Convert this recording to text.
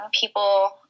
people